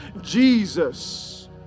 Jesus